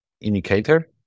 indicator